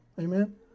Amen